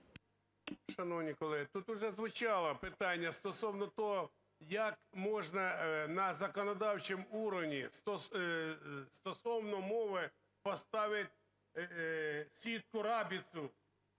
Шановні колеги, тут уже звучало питання стосовно того, як можна на законодавчому уровне стосовно мови поставити сітку рабицю